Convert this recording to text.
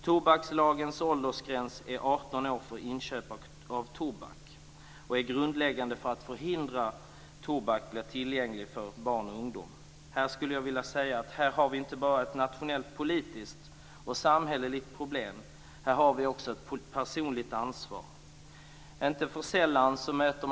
Tobakslagens åldersgräns är 18 år för inköp av tobak, och den är grundläggande för att förhindra att tobak blir tillgänglig för barn och ungdom. Jag skulle vilja säga att vi här inte bara har ett nationellt, politiskt och samhälleligt problem. Här har vi också ett personligt ansvar.